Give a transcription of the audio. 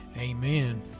Amen